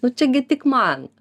nu čiagi tik man